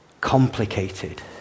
complicated